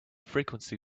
frequency